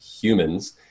humans